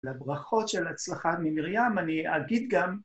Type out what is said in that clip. לברכות של הצלחה ממרים. אני אגיד גם...